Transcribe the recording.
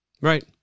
Right